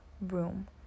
room